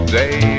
day